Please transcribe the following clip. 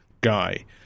guy